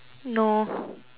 no